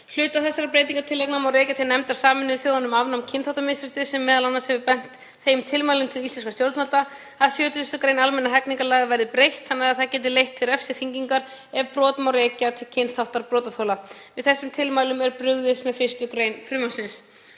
Hluta þessara breytingartillagna má rekja til nefndar Sameinuðu þjóðanna um afnám kynþáttamisréttis sem m.a. hefur beint þeim tilmælum til íslenskra stjórnvalda að 70. gr. almennra hegningarlaga verði breytt þannig að það geti leitt til refsiþyngingar ef brot má rekja til kynþáttar brotaþola. Við þessum tilmælum er brugðist með 1. gr. frumvarpsins.